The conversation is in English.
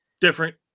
different